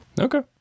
Okay